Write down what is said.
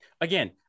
again